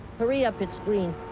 hurry up, it's green.